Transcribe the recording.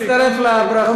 אני מצטרף לברכות.